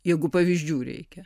jeigu pavyzdžių reikia